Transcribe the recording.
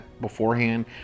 beforehand